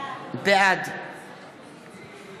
בעד